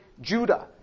Judah